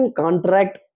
contract